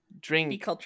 Drink